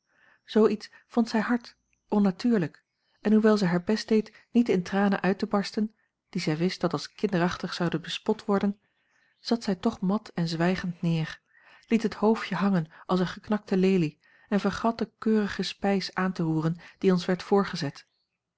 iets vond zij hard onnatuurlijk en hoewel zij haar best deed niet in tranen uit te barsten die zij wist dat als kinderachtig zouden bespot worden zat zij toch mat en zwijgend neer liet het hoofdje hangen als eene geknakte lelie en vergat de keurige spijs aan te roeren die ons werd voorgezet